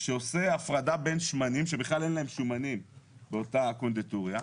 שעושה הפרדה בין שמנים כאשר בכלל אין להם שומנים באותה קונדיטוריה,